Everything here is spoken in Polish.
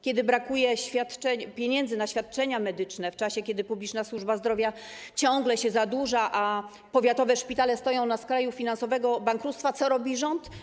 Kiedy brakuje pieniędzy na świadczenia medyczne, kiedy publiczna służba zdrowia ciągle się zadłuża, a powiatowe szpitale stoją na skraju finansowego bankructwa, co robi rząd?